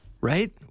Right